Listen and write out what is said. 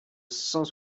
cent